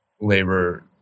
labor